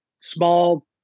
small